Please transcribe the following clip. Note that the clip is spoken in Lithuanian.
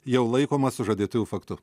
jau laikomas sužadėtuvių faktu